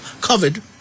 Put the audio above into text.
Covered